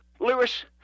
Lewis